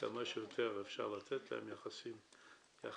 כמה שיותר אפשר לתת להם יחס טוב,